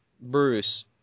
Bruce